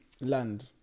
Land